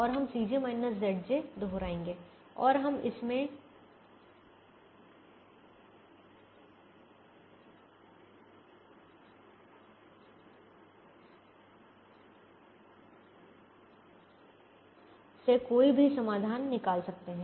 और हम दोहराएंगे और हम इनमें से कोई भी समाधान निकाल सकते हैं